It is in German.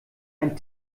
ein